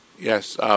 Yes